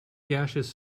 gaseous